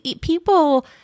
people